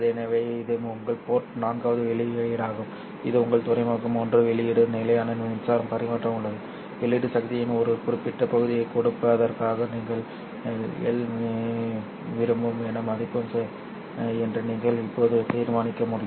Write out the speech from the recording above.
எனவே இது உங்கள் போர்ட் நான்காவது வெளியீடாகும் இது உங்கள் துறைமுகம் மூன்று வெளியீடு நிலையான மின் பரிமாற்றம் உள்ளது வெளியீட்டு சக்தியின் ஒரு குறிப்பிட்ட பகுதியைக் கொடுப்பதற்காக நீங்கள் L விரும்பும் எந்த மதிப்பையும் சரி என்று நீங்கள் இப்போது தீர்மானிக்க முடியும்